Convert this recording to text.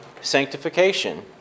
sanctification